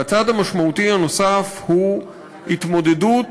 והצעד המשמעותי הנוסף הוא התמודדות